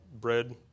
bread